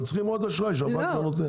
אבל הם צריכים עוד אשראי שהבנק לא נותן.